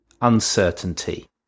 uncertainty